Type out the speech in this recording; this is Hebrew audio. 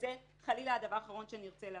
וזה חלילה הדבר האחרון שנרצה לעשות.